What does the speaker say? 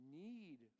need